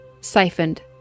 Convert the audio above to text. siphoned